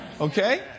Okay